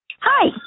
Hi